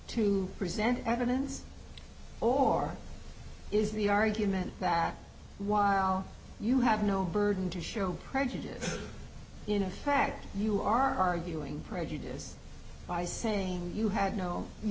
to present evidence or is the argument that while you have no burden to show prejudice in effect you are arguing prejudice by saying you had know you